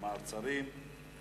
מעצרים)